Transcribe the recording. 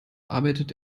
arbeitet